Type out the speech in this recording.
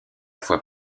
fois